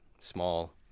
small